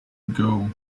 ago